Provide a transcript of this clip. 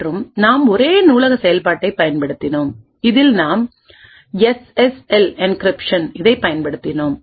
மற்றும் நாம் ஒரே நூலக செயல்பாட்டைப் பயன்படுத்தினோம் இதில் நாம் எஸ்எஸ்எல் என்கிரிப்ஷன்இதை பயன்படுத்தினோம்